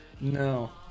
no